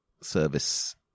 service